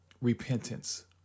repentance